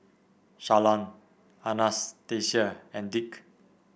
Shalon Anastacia and Dick